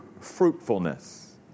fruitfulness